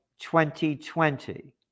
2020